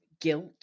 guilt